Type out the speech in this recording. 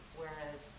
whereas